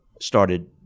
started